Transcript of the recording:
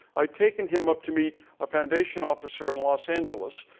i'd taken him up to meet a foundation officer in los angeles.